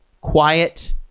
Quiet